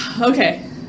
Okay